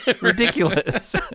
ridiculous